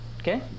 Okay